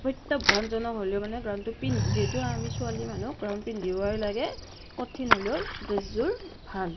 প্ৰত্যাহ্বানজনক হলেও মানে গ্ৰাউনটো যিহেতু আমি ছোৱালী মানুহ গ্ৰাউন পিন্ধিবই লাগে কঠিন হলেও ড্ৰেছযোৰ ভাল